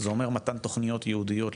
זה אומר מתן תקנים של עובדים סוציאליים,